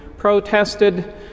protested